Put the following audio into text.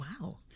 wow